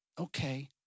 Okay